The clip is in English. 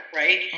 right